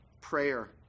prayer